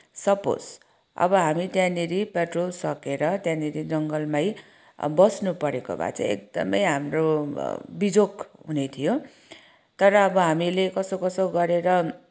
suppose अब हामी त्यहाँनिर पेट्रोल सकेर त्यहाँनिर जङ्गलमै अब बस्नु परेको भए चाहिँ एकदमै हाम्रो बिजोग हुने थियो तर अब हामीले कसो कसो गरेर